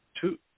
two